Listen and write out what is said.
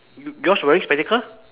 yours wearing spectacle